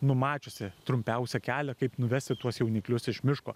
numačiusi trumpiausią kelią kaip nuvesti tuos jauniklius iš miško